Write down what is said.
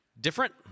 different